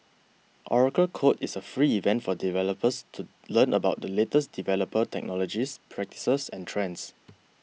Oracle Code is a free event for developers to learn about the latest developer technologies practices and trends